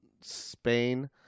Spain